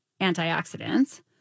antioxidants